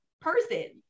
person